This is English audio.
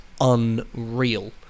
unreal